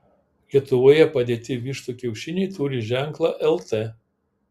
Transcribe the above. lietuvoje padėti vištų kiaušiniai turi ženklą lt